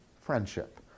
friendship